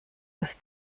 das